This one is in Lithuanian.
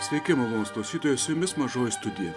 sveiki malonūs klausytojai su jumis mažoji studija